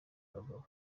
bagabo